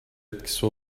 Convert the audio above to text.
etkisi